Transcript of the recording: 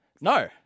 No